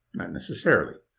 necessarily.